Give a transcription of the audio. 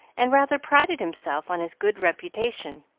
and rather prided himself on his good reputation,